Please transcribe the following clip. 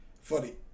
funny